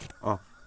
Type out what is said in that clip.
off